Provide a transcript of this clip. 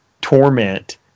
Torment